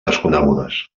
desconegudes